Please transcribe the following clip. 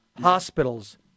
hospitals